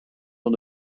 van